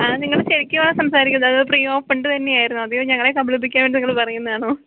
ആ നിങ്ങൾ ശരിക്കുമാണോ സംസാരിക്കുന്നത് അത് പ്രീ ഓപ്പൺഡ് തന്നെയായിരുന്നോ അതോ ഞങ്ങളെ കബളിപ്പിക്കാൻ വേണ്ടി നിങ്ങള് പറയുന്നതാണോ